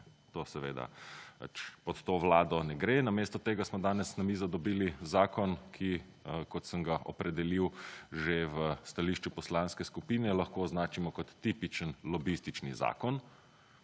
To seveda pač pod to Vlado ne gre. Namesto tega smo danes na mizo dobili zakon, ki kot sem ga opredelil že v stališču poslanske skupine lahko označimo kot tipičen lobistično zakon,